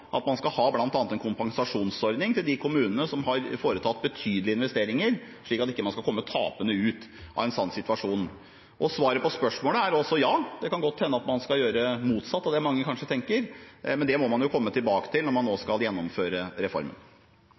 at man skal ha bl.a. en kompensasjonsordning til de kommunene som har foretatt betydelige investeringer, slik at man ikke skal komme tapende ut av en slik situasjon. Og svaret på spørsmålet er også ja – det kan godt hende at man skal gjøre motsatt av det mange kanskje tenker, men det må man jo komme tilbake til når man nå skal gjennomføre reformen.